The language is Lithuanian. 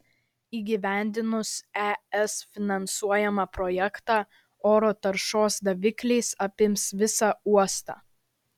įgyvendinus es finansuojamą projektą oro taršos davikliais apims visą uostą